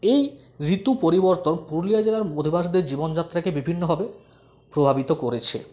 এই ঋতু পরিবর্তন পুরুলিয়া জেলার অধিবাসীদের জীবনযাত্রাকে বিভিন্নভাবে প্রভাবিত করেছে